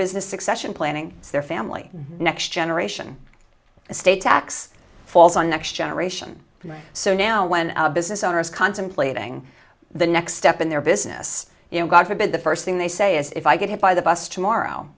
business succession planning their family next generation estate tax falls on next generation and so now when a business owner is contemplating the next step in their business you know god forbid the first thing they say is if i get hit by the bus tomorrow